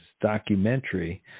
documentary